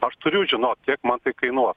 aš turiu žinot kiek man kainuos